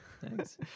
Thanks